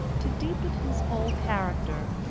to deepen his whole character,